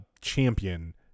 champion